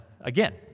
Again